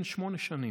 כן, שמונה שנים,